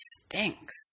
stinks